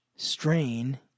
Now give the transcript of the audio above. Strain